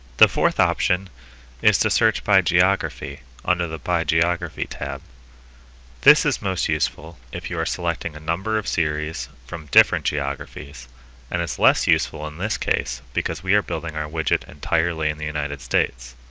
the fourth option is to search by geography under the by geography tab this is most useful if you are selecting a number of series from different geographies and is less useful in this case because we are building our widget entirely in the united states